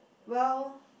well